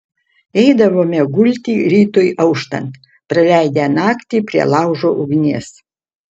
eidavome gulti rytui auštant praleidę naktį prie laužo ugnies